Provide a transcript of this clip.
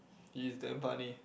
he's damn funny